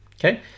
Okay